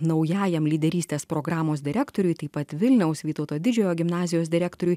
naujajam lyderystės programos direktoriui taip pat vilniaus vytauto didžiojo gimnazijos direktoriui